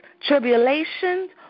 tribulations